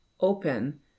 open